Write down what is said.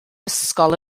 ysgol